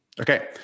okay